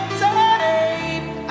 tape